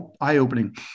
eye-opening